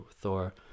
Thor